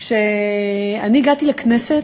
כשאני הגעתי לכנסת,